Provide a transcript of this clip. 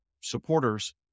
supporters